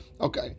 Okay